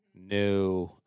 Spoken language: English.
new